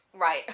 Right